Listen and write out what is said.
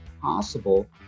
possible